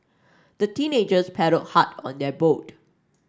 the teenagers paddled hard on their boat